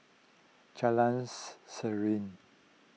Jalans Serene